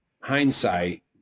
hindsight